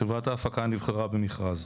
חברת ההפקה נבחרה במכרז.